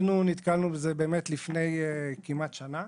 אנחנו נתקלנו בזה לפני כמעט שנה,